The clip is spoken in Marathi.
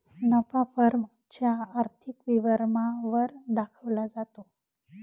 नफा फर्म च्या आर्थिक विवरणा वर दाखवला जातो